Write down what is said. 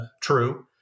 true